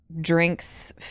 drinks